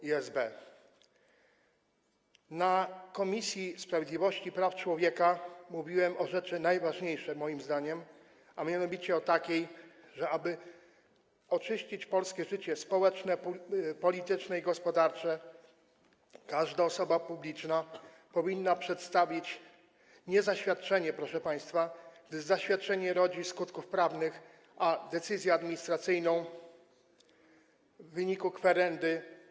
Na posiedzeniu Komisji Sprawiedliwości i Praw Człowieka mówiłem o rzeczy najważniejszej moim zdaniem, a mianowicie o tym, że aby oczyścić polskie życie społeczne, polityczne i gospodarcze, każda osoba publiczna powinna przedstawiać nie zaświadczenie, proszę państwa, gdyż zaświadczenie nie rodzi skutków prawnych, ale decyzję administracyjną podjętą w wyniku kwerendy.